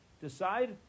decide